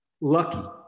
lucky